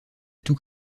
tout